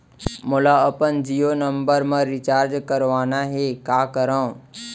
मोला अपन जियो नंबर म रिचार्ज करवाना हे, का करव?